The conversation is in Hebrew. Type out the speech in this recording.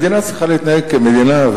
מדינה צריכה להתנהג כמדינה,